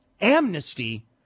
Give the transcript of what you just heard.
Amnesty